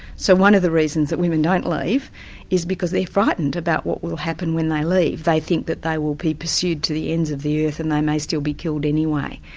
so one of the reasons that women don't leave is because they're frightened about what will happen when they leave. they think that they will be pursued to the ends of the earth and they may still be killed anyway.